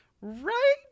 Right